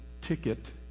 ticket